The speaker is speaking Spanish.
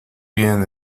bien